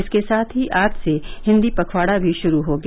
इसके साथ ही आज से हिन्दी पखवाड़ा भी शुरू हो गया